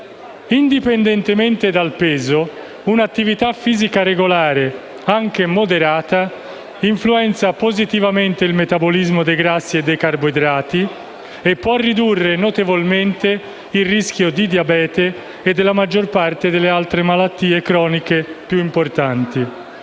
Indipendentemente dal peso, un'attività fisica regolare, anche moderata, influenza positivamente il metabolismo dei grassi e dei carboidrati e può ridurre notevolmente il rischio di diabete e della maggior parte delle altre malattie croniche più importanti.